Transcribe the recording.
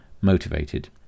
motivated